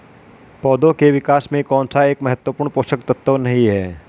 पौधों के विकास में कौन सा एक महत्वपूर्ण पोषक तत्व नहीं है?